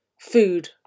Food